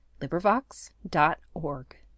LibriVox.org